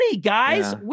guys